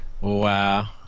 wow